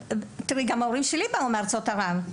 תראי, גם ההורים שלי באו מארצות ערב.